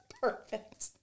Perfect